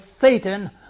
Satan